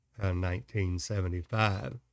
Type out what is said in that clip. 1975